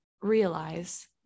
realize